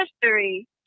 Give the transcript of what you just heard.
history